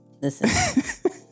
listen